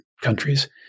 countries